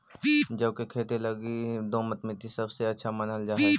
जौ के खेती लगी दोमट मट्टी सबसे अच्छा मानल जा हई